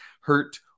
hurt